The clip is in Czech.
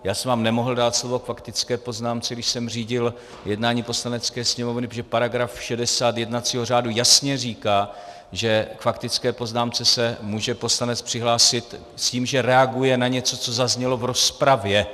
Já jsem vám nemohl dát slovo k faktické poznámce, když jsem řídil jednání Poslanecké sněmovny, protože § 60 jednacího řádu jasně říká, že k faktické poznámce se může poslanec přihlásit s tím, že reaguje na něco, co zaznělo v rozpravě.